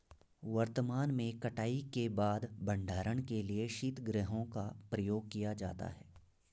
वर्तमान में कटाई के बाद भंडारण के लिए शीतगृहों का प्रयोग किया जाता है